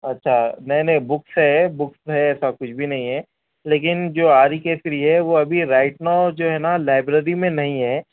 اچھا نہیں نہیں بکس ہے بکس ہے ایسا کچھ بھی نہیں ہے لیکن جو آری کیسری ہے وہ ابھی رائٹ ناؤ جو ہے نا لائبریری میں نہیں ہے